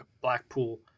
Blackpool